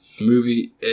movie